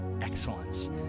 excellence